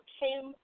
came